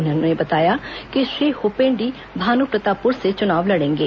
उन्होंने बताया कि श्री हपेंडी भानुप्रतापपुर से चुनाव लडेंगे